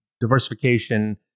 diversification